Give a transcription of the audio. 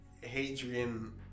Hadrian